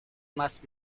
más